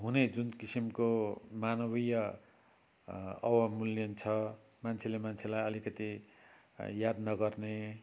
हुने जुन किसिमको मानवीय अवमूल्यन छ मान्छेले मान्छेलाई अलिकति याद नगर्ने